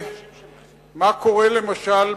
מה קורה למשל בנגב?